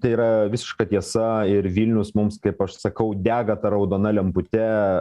tai yra visiška tiesa ir vilnius mums kaip aš sakau dega ta raudona lempute